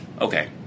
okay